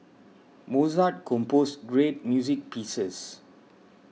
Mozart composed great music pieces